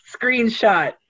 screenshot